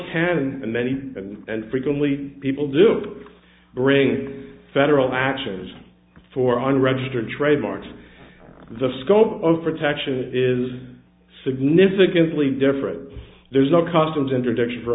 can and many and frequently people do bring federal actions for unregistered trademarks the scope of protection is significantly different there's no customs interdiction for